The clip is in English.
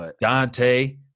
Dante